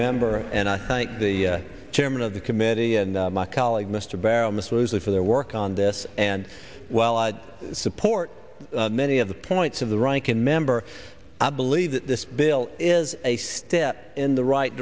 member and i thank the chairman of the committee and my colleague mr barrow misses it for their work on this and while i support many of the points of the ranking member i believe that this bill is a step in the right